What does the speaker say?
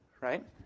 right